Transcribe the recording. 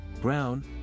Brown